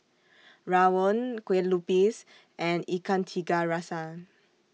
Rawon Kueh Lupis and Ikan Tiga Rasa